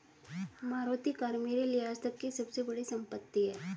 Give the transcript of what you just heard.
Maruti car मेरे लिए आजतक की सबसे बड़ी संपत्ति है